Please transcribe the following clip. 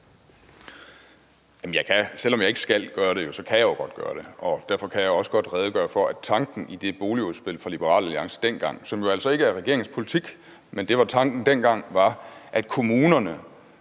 Selv om jeg ikke skal gøre det, kan jeg jo godt gøre det, og derfor kan jeg også godt redegøre for, at tanken i det boligudspil fra Liberal Alliance dengang – som jo altså ikke er regeringens politik, men det var tanken dengang – var, at kommunerne